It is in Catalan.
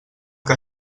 que